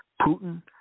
Putin